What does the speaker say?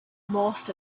most